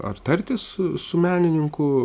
ar tartis su menininku